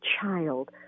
child